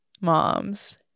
moms